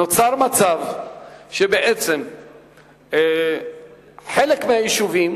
נוצר מצב שבעצם חלק מהיישובים,